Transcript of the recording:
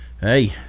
hey